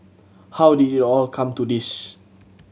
how did it all come to this